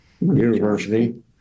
University